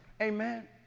Amen